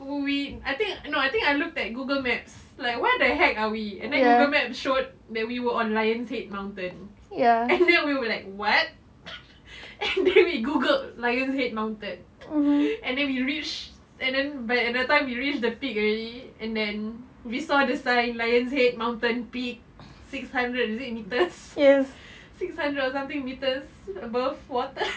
we I think no I think I look at Google map like where the heck are we and then Google map showed that we were on lion's head mountain and then we were like what and then we googled lion's head mountain and then we reached and then by the time we reached the peak already and then we saw the sign lion's head mountain peak six hundred is it metres six hundred or something metres above water